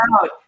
out